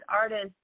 artists